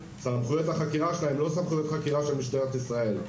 סמכויות החקירה שלה הן לא סמכויות החקירה של משטרת ישראל.